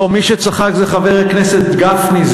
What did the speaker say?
מי שצחק זה חבר הכנסת גפני.